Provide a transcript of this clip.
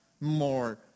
more